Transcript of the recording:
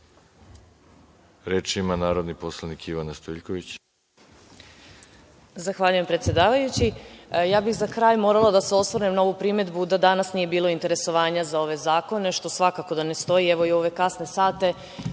ima narodni poslanik Ivana Stojiljković.